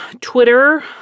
Twitter